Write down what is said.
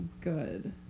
good